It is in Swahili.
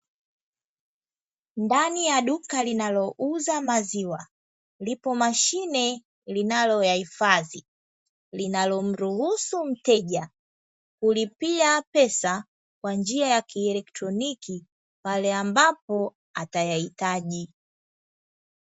Ndani ya duka linalouza maziwa lipo mashine linaloyahifadhi. Linalomruhusu mteja kulipia pesa kwa njia ya kieletroniki pale ambapo atayahitaji.